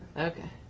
okay. oh,